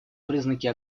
признаки